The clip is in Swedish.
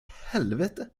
helvete